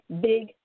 big